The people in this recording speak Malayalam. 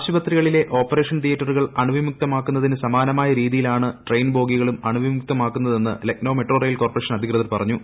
ആശുപത്രികളിലെ ഓപ്പറേഷൻ തീയേറ്ററുകൾ അണുവിമുക്തമാക്കുന്നതിന് സമാനമായ രീതിയിലാണ് ട്രെയിൻ ബോഗികളും അണുവിമുക്തമാക്കുന്നതെന്ന് ലക്നൌ മെട്രോ റെയിൽ കോർപ്പറേഷൻ അധികൃതർ പറഞ്ഞു